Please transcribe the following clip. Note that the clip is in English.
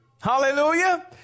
Hallelujah